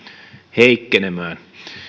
heikkenemään